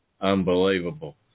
unbelievable